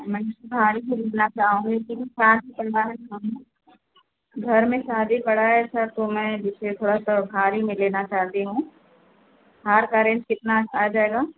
सारी खरीदना चाहूँगी क्योंकि शादी पड़ा है गाँव में घर में शादी पड़ा है सर तो मैं देखिए थोड़ा सा भारी में लेना चाहती हूँ हार का रेट कितना आ जाएगा